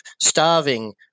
starving